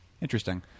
Interesting